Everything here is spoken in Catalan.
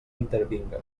intervinga